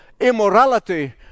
immorality